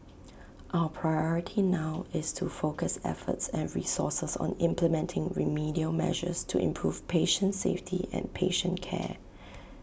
our priority now is to focus efforts and resources on implementing remedial measures to improve patient safety and patient care